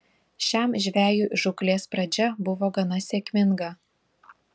šiam žvejui žūklės pradžia buvo gana sėkminga